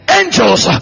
angels